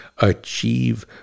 achieve